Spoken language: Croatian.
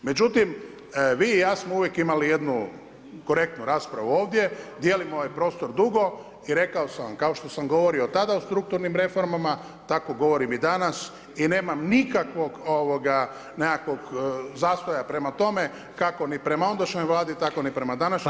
Međutim, vi i ja smo uvijek imali jednu korektnu raspravu ovdje, djelamo ovaj prostor dugo i rekao sam vam, kao što sam govorio tada o strukturnim reformama, tako govorim i danas i nemam nikakvog ovoga, nekakvog zastoja prema tome, kako ni prema ondašnjoj vladi, tako ni prema današnjoj.